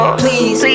please